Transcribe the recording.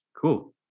Cool